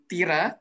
Tira